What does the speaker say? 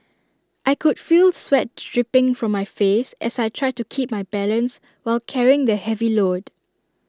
I could feel sweat dripping from my face as I tried to keep my balance while carrying the heavy load